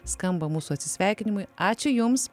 skamba mūsų atsisveikinimui ačiū jums